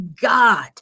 God